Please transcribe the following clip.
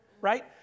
right